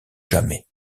jamais